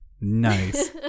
Nice